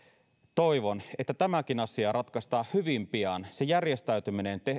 toivon että tämäkin asia ratkaistaan hyvin pian että se järjestäytyminen